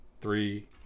three